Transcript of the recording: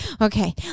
okay